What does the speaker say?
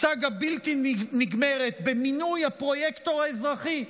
סאגה בלתי נגמרת במינוי הפרויקטור האזרחי.